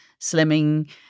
slimming